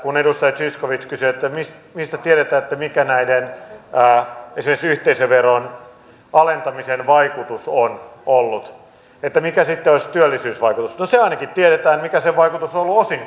kun edustaja zyskowicz kysyi että mistä tiedetään mikä esimerkiksi yhteisöveron alentamisen vaikutus on ollut mikä sitten olisi työllisyysvaikutus niin se ainakin tiedetään mikä sen vaikutus on ollut osinkoihin